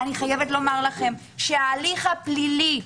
ההליך הפלילי,